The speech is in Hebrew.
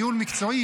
ניהול מקצועי,